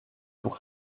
pour